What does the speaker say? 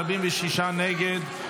46 נגד,